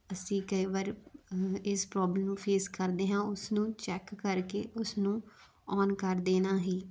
ਅਸੀਂ ਕਈ ਵਾਰ ਇਸ ਪ੍ਰੋਬਲਮ ਨੂੰ ਫੇਸ ਕਰਦੇ ਹਾਂ ਉਸ ਨੂੰ ਚੈੱਕ ਕਰਕੇ ਉਸਨੂੰ ਆਨ ਕਰ ਦੇਣਾ ਹੀ